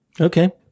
Okay